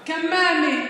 שהמסכה, קַמַאמֵה,